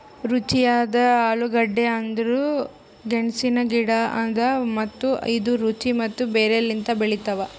ರುಚಿಯಾದ ಆಲೂಗಡ್ಡಿ ಅಂದುರ್ ಗೆಣಸಿನ ಗಿಡ ಅದಾ ಮತ್ತ ಇದು ರುಚಿ ಮತ್ತ ಬೇರ್ ಲಿಂತ್ ಬೆಳಿತಾವ್